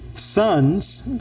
Sons